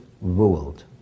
ruled